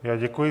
Já děkuji.